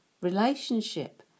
relationship